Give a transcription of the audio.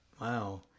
Wow